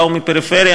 באו מהפריפריה,